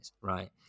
right